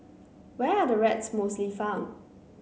where are the rats mostly found